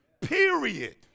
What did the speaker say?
Period